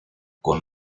con